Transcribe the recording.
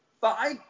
five